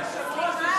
אדוני היושב-ראש,